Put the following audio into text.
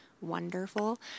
wonderful